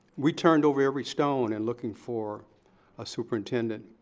we turned over every stone in looking for a superintendent,